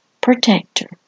protector